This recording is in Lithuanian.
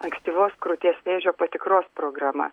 ankstyvos krūties vėžio patikros programa